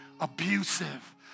Abusive